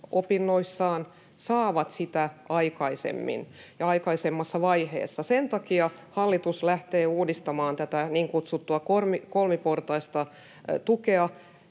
opinnoissaan, saavat sitä aikaisemmin ja aikaisemmassa vaiheessa. Sen takia hallitus lähtee uudistamaan tätä niin kutsuttua kolmiportaista tukea,